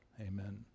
amen